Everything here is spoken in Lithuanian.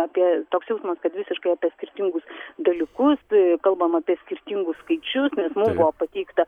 apie toks jausmas kad visiškai apie skirtingus dalykus kalbam apie skirtingus skaičius mum buvo pateikta